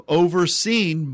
overseen